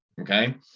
Okay